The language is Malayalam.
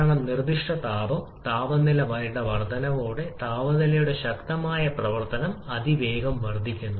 കാരണം നിർദ്ദിഷ്ട താപം താപനിലയുടെ വർദ്ധനയോടെ താപനിലയുടെ ശക്തമായ പ്രവർത്തനം അതിവേഗം വർദ്ധിക്കുന്നു